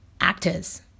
actors